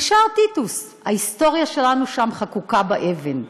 לשער טיטוס, ההיסטוריה שלנו שם חקוקה באבן.